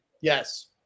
Yes